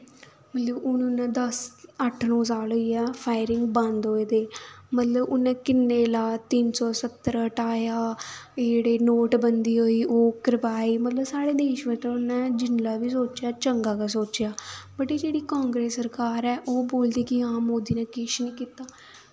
मतलब हून उन्नै दस अट्ठ नौ साल होई गेआ फायरिंग बंद होए दे मतलब उन्नै किन्ने ला तिन्न सौ सत्तर हटाया जेह्ड़ी नोटबंदी होई ओह् करवाई मतलब साढ़े देश दे बारे जिन्नां बी सोचेआ चंगा गै सोचेआ बट जेह्ड़ी कांग्रेस सरकार ऐ ओह् बोलदी कि हां मोदी ने किश नी कीता